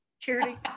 Charity